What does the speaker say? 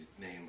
name